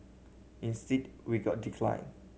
instead we got decline